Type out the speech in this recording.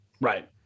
Right